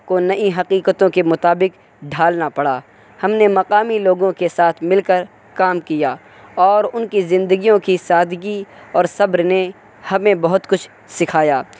کو نئی حقیقتوں کے مطابق ڈھالنا پڑا ہم نے مقامی لوگوں کے ساتھ مل کر کام کیا اور ان کی زندگیوں کی سادگی اور صبر نے ہمیں بہت کچھ سکھایا